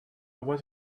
went